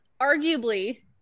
arguably